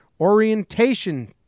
orientation